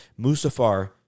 Musafar